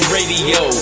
Radio